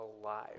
alive